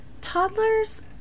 toddlers